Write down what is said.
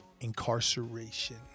incarceration